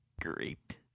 great